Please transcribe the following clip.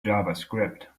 javascript